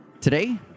Today